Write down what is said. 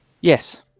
Yes